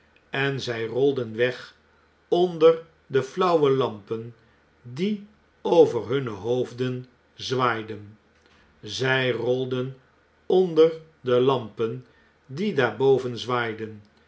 en zg rolden weg onder de flauwe lampen die over hunne hoofden zwaaiden zij rolden onder de lampen die daarboven zwaaiden